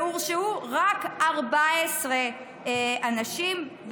והורשעו רק 14 אנשים.